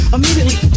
Immediately